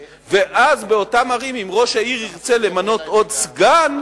ואז, באותן ערים, אם ראש העיר ירצה למנות עוד סגן,